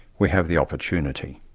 we have the opportunity.